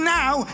now